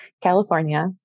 California